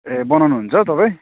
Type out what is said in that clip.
ए बनाउनु हुन्छ तपाईँ